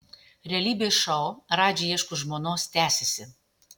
realybės šou radži ieško žmonos tęsiasi